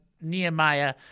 Nehemiah